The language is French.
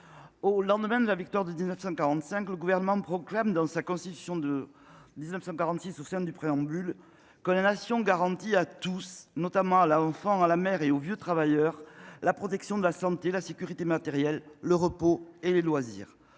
Au lendemain de la victoire de 1945, le gouvernement proclame dans sa Constitution de 1946 au sein du préambule que la nation garantit à tous, notamment la enfant à la mère et aux vieux travailleurs la protection de la santé, la sécurité matérielle, le repos et les loisirs.